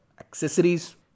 accessories